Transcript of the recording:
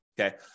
Okay